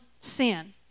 sin